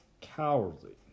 cowardly